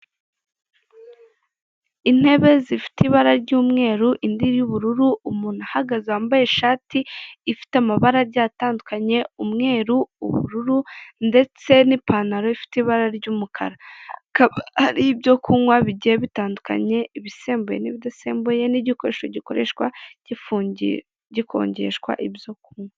Intebe zifite ibara ry'umweru indi y'ubururu, umuntu uhagaze wambaye ishati ifite amabara agiye atandukanye umweru, ubururu ndetse n'ipantaro ifite ibara ry'umukara. Hakaba har ibyo kunywa bigiye bitandukanye, ibisembuye n'ibidasembuye n'igikoresho gikoreshwa gikonjesha ibyo kunywa.